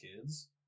kids